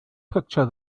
picture